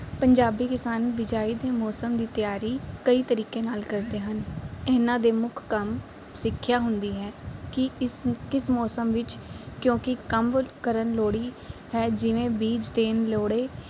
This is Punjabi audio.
ਪੰਜਾਬੀ ਕਿਸਾਨ ਬਿਜਾਈ ਦੇ ਮੌਸਮ ਦੀ ਤਿਆਰੀ ਕਈ ਤਰੀਕੇ ਨਾਲ ਕਰਦੇ ਹਨ ਇਹਨਾਂ ਦੇ ਮੁੱਖ ਕੰਮ ਸਿੱਖਿਆ ਹੁੰਦੀ ਹੈ ਕਿ ਇਸ ਕਿਸ ਮੌਸਮ ਵਿੱਚ ਕਿਉਂਕਿ ਕੰਮ ਕਰਨ ਲੋੜ ਹੈ ਜਿਵੇਂ ਬੀਜ ਦੇਣ ਲੋੜ